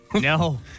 No